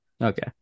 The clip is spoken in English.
Okay